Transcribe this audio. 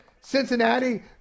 Cincinnati